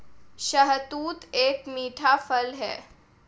शहतूत एक मीठा फल है